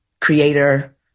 creator